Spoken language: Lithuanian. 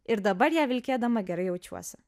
ir dabar ją vilkėdama gerai jaučiuosi